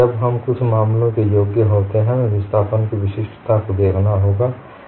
तब हम कुछ मामलों में योग्य होते हैं हमें विस्थापन की विशिष्टता को देखना होगा